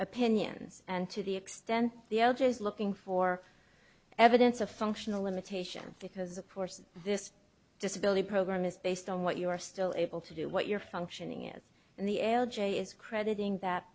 opinions and to the extent the are just looking for evidence of functional limitation because of course this disability program is based on what you are still able to do what your functioning is and the l j is crediting that